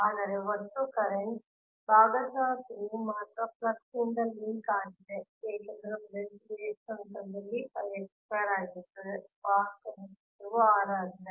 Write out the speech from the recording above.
ಆದರೆ ಒಟ್ಟು ಕರೆಂಟ್ ಭಾಗಶಃ ತಿರುವು ಮಾತ್ರ ಫ್ಲಕ್ ನಿಂದ ಲಿಂಕ್ ಆಗಿದೆ ಏಕೆಂದರೆ ಪ್ರದೇಶವು x ಅಂತರದಲ್ಲಿ ಪ್ರದೇಶ ಆಗಿರುತ್ತದೆ ಮತ್ತು ವಾಹಕದ ತ್ರಿಜ್ಯವು r ಆಗಿದೆ